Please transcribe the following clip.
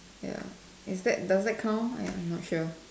ya is that does that count I'm not sure